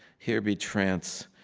here be trance.